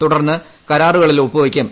തുടർന്ന് കരാറുകളിൽ ഒപ്പു വയ്ക്കും